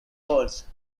words